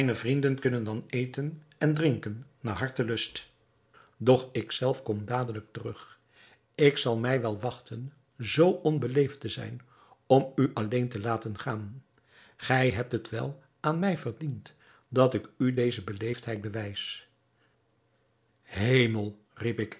vrienden kunnen dan eten en drinken naar hartelust doch ik zelf kom dadelijk terug ik zal mij wel wachten zoo onbeleefd te zijn om u alleen te laten gaan gij hebt het wel aan mij verdiend dat ik u deze beleefdheid bewijs hemel riep ik